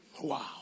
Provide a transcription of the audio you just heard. Wow